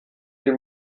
dem